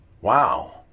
Wow